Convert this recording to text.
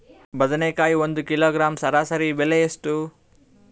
ಬದನೆಕಾಯಿ ಒಂದು ಕಿಲೋಗ್ರಾಂ ಸರಾಸರಿ ಬೆಲೆ ಎಷ್ಟು?